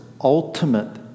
ultimate